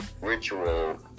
Ritual